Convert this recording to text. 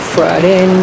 Friday